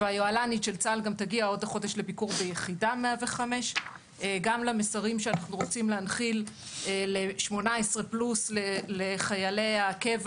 והיוהל"נית של צה"ל תגיע עוד החודש לביקור ביחידה 105. גם למסרים שאנחנו רוצים להנחיל ל-18 פלוס לחיילי הקבע.